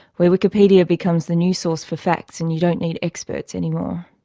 where wikipedia becomes the new source for facts and you don't need experts anymore.